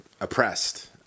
oppressed